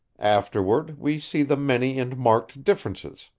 afterward, we see the many and marked differences.